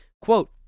Quote